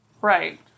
Right